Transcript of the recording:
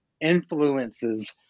influences